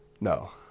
No